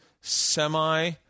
semi-